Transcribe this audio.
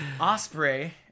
Osprey